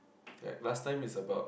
like last time is about